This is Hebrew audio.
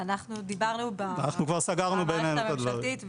אנחנו כבר סגרנו בינינו את הדברים.